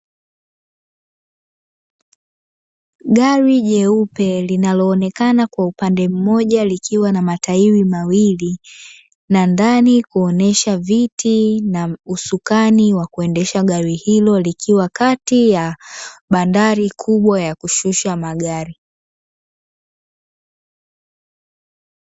Gari jeupe linaloonekana kwa upande mmoja likiwa na matairi mawili, na ndani kuonyesha viti na usukani wa kuendesha gari hilo, likiwa kati ya bandari kubwa ya kushusha magari.